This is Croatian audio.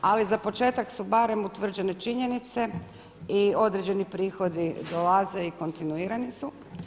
Ali za početak su barem utvrđene činjenice i određeni prihodi dolaze i kontinuirani su.